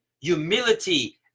humility